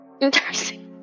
interesting